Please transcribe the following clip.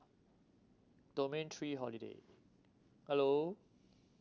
domain three holiday hello